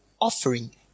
offering